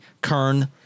Kern